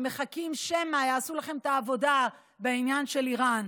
ומחכים שיעשו לכם את העבודה בעניין של איראן.